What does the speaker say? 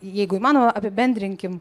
jeigu įmanoma apibendrinkim